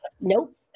Nope